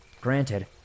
Granted